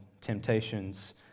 temptations